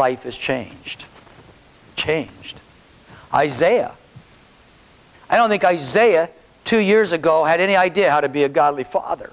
life has changed changed isaiah i don't think isaiah two years ago had any idea how to be a godly father